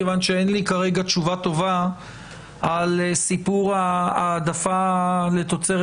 מכיוון שאין לי כרגע תשובה טובה על סיפור ההעדפה לתוצרת